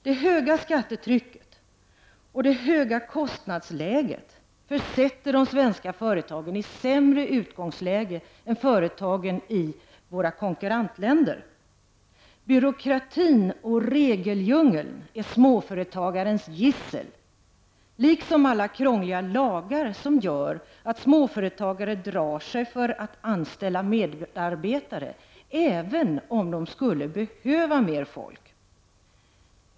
Det höga skattetrycket och det höga kostnadsläget försätter de svenska företagen i sämre utgångslägen än företagen i våra konkurrentländer. Byråkratin och regeldjungeln är småföretagarens gissel, liksom alla krångliga lagar som gör att småföretagare drar sig för att anställa medarbetare, även om de skulle behöva mer folk.